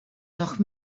noch